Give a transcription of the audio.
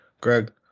Greg